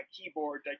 keyboard